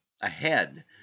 ahead